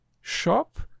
shop